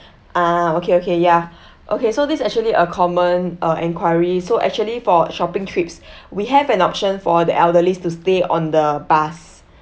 uh okay okay ya okay so this actually a common uh enquiry so actually for shopping trips we have an option for the elderlies to stay on the bus